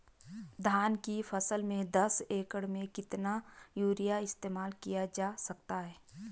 धान की फसल में दस एकड़ में कितना यूरिया इस्तेमाल किया जा सकता है?